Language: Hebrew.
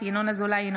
אינו נוכח ינון אזולאי,